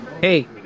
Hey